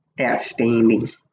outstanding